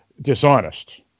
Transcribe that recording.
dishonest